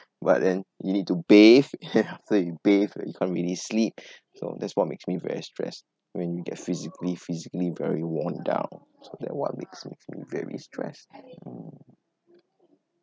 but then you need to bathe ya then after you bathe you can't really sleep so that's what makes me very stress when you get physically physically very worn down so what makes me very stress